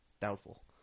Doubtful